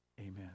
amen